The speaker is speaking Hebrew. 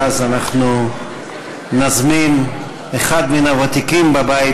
ואז אנחנו נזמין אחד מן הוותיקים בבית